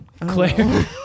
Claire